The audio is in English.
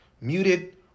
muted